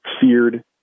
feared